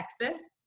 Texas